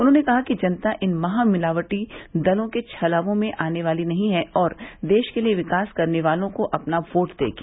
उन्होंने कहा कि जनता इन महामिलावटी दलों के छलावे में नहीं आने वाली है और देश के लिये विकास करने वालों को अपना वोट देगी